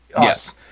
Yes